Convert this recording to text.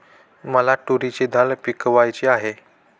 मला तूरीची डाळ पिकवायची आहे